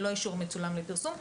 ללא אישור מצולם לפרסום.